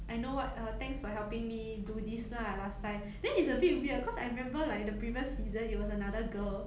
I know what uh thanks for helping me do this lah last time then it's a bit weird cause I remember like the previous season it was another girl